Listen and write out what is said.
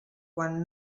quan